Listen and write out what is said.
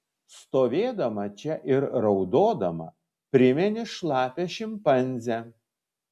stovėdama čia ir raudodama primeni šlapią šimpanzę